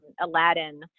Aladdin